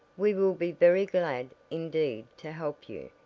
we will be very glad, indeed, to help you,